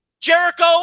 Jericho